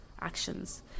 actions